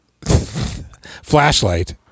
flashlight